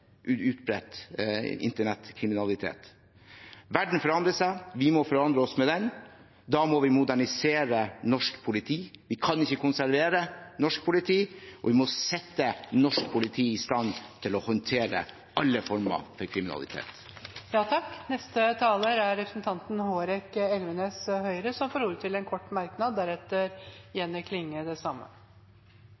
utbredt. Verden forandrer seg, og vi må forandre oss med den. Da må vi modernisere norsk politi. Vi kan ikke konservere norsk politi, og vi må sette norsk politi i stand til å håndtere alle former for kriminalitet. Representanten Hårek Elvenes har hatt ordet to ganger tidligere og får ordet til en kort merknad,